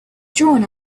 drawn